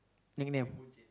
nickname